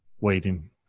waiting